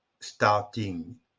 starting